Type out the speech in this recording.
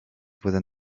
within